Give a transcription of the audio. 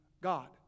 God